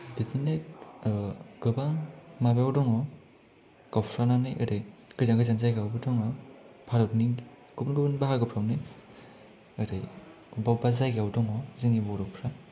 बिदिनो गोबां माबायाव दङ गावस्रानानै ओरै गोजान गोजान जायगायावबो दङ भारतनि गुबुन गुबुन बाहागोफ्रावनो ओरै अबेबा अबेबा जायगायाव दङ जोंनि बर'फ्रा